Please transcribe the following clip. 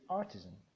artisan